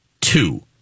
two